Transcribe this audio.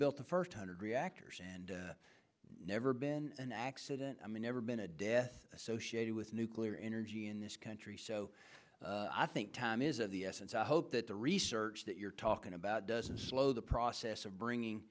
built the first hundred reactors and never been an accident i mean ever been a death associated with nuclear energy in this country so i think time is of the essence i hope that the research that you're talking about doesn't slow the process of bringing